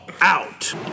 out